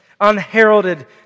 unheralded